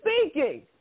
speaking